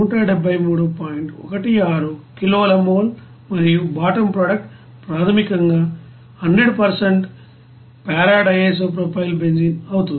16 కిలోల మోల్ మరియు bottom product ప్రాథమికంగా 100 p DIPB అవుతుంది